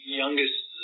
youngest